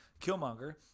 killmonger